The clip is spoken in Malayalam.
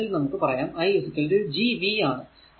ഈ കേസിൽ നമുക്ക് പറയാം i Gv ആണ്